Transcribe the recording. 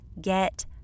get